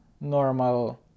normal